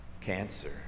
cancer